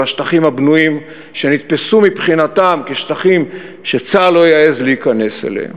אל השטחים הבנויים שנתפסו מבחינתם כשטחים שצה"ל לא יעז להיכנס אליהם,